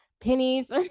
pennies